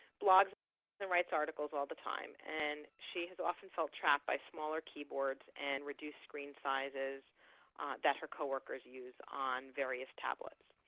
blogs and writes articles all the time and she has often felt trapped by smaller keyboards and reduced screen sizes that her coworkers used on various tablets.